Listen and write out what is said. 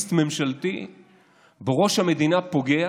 אנרכיסט ממשלתי בראש המדינה, פוגע